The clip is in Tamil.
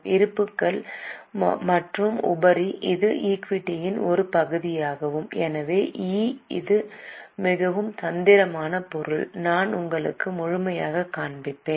இருப்புக்கள் மற்றும் உபரி இது ஈக்விட்டியின் ஒரு பகுதியாகும் எனவே இ இது மிகவும் தந்திரமான பொருள் நான் உங்களுக்கு முழுமையாகக் காண்பிப்பேன்